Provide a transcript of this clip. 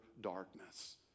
darkness